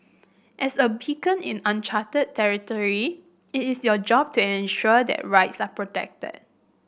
as a beacon in uncharted territory it is your job to ensure that rights are protected